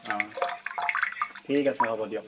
অঁ ঠিক আছে হ'ব দিয়ক